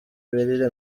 imirire